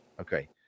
Okay